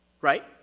Right